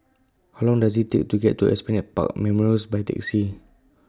How Long Does IT Take to get to Esplanade Park Memorials By Taxi